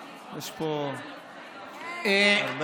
יש פה הרבה רעש.